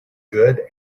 good